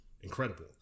incredible